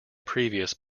previous